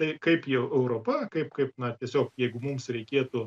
tai kaip jau europa kaip kaip na tiesiog jeigu mums reikėtų